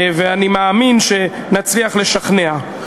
ואני מאמין שנצליח לשכנע.